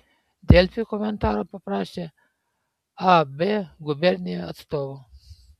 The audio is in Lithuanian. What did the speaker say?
delfi komentaro paprašė ab gubernija atstovų